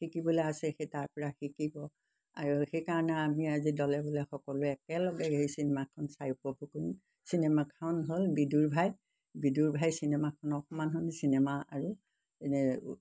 শিকিবলৈ আছে সেই তাৰপৰা শিকিব আৰু সেইকাৰণে আমি আজি দলেবলে সকলোৱে একেলগে সেই চিনেমাখন চাই উপভোগ কৰিম চিনেমাখন হ'ল 'বিদূৰভাই' 'বিদুৰভাই' চিনেমাখন অকণমান সময় চিনেমা আৰু এনে